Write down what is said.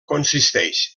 consisteix